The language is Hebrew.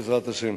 בעזרת השם,